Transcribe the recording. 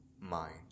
mind